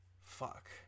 fuck